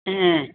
ஆ